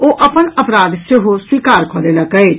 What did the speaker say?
ओ अपन अपराध सेहो स्वीकार कऽ लेलक अछि